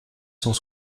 cent